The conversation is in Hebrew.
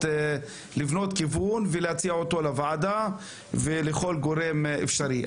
כיוון ולהציע אותו לוועדה ולכול גורם אפשרי.